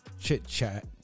chit-chat